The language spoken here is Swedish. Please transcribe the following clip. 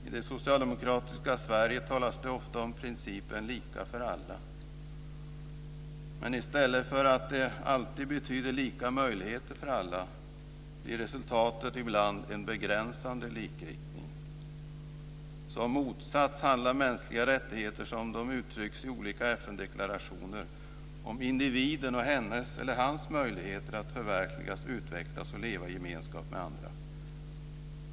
I det socialdemokratiska Sverige talas det ofta om principen lika för alla. I stället för att detta alltid betyder lika möjligheter för alla blir resultatet ibland en begränsande likriktning. Som motsats handlar mänskliga rättigheter, såsom de uttrycks i olika FN-deklarationer, om individen och hennes eller hans möjligheter att förverkligas, utvecklas och leva i gemenskap med andra.